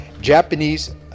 Japanese